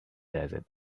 desert